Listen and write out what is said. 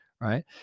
Right